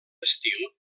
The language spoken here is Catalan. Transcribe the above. estil